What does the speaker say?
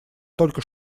только